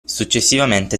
successivamente